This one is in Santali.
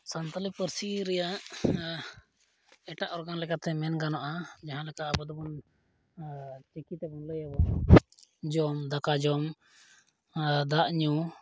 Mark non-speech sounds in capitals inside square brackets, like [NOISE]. ᱥᱟᱱᱛᱟᱲᱤ ᱯᱟᱹᱨᱥᱤ ᱨᱮᱭᱟᱜ ᱮᱴᱟᱜ ᱚᱨᱜᱟᱱ ᱞᱮᱠᱟᱛᱮ ᱢᱮᱱ ᱜᱟᱱᱚᱜᱼᱟ ᱡᱟᱦᱟᱸ ᱞᱮᱠᱟ ᱟᱵᱚ ᱫᱚᱵᱚᱱ ᱪᱤᱠᱤᱛᱮ ᱞᱟᱹᱭᱟᱵᱚᱱ [UNINTELLIGIBLE] ᱫᱟᱠᱟ ᱡᱚᱢ ᱟᱨ ᱫᱟᱜ ᱧᱩ